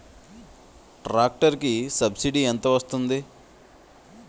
Tractor కి subsidy ఎంత వస్తుంది?